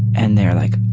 and they're like